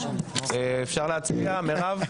אפשר להצביע, מירב?